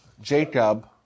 Jacob